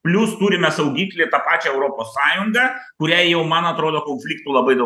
plius turime saugiklį tą pačią europos sąjungą kuriai jau man atrodo konfliktų labai daug